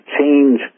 change